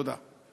תודה.